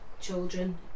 children